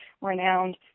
renowned